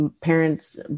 parents